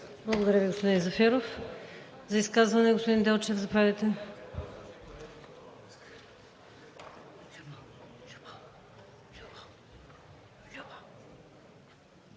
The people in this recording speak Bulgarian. Благодаря Ви, господин Зафиров. За изказване, господин Делчев, заповядайте.